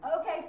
Okay